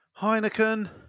Heineken